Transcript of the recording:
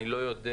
אני לא יודע,